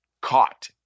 caught